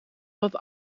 wat